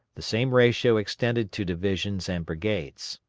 the same ratio extended to divisions and brigades.